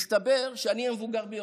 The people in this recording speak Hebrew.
מסתבר שאני המבוגר ביותר.